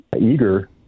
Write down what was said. eager